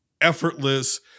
effortless